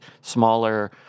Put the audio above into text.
smaller